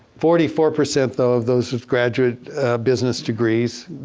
forty four percent though of those with graduate business degrees,